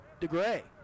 DeGray